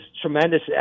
tremendous